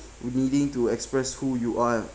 needing to express who you are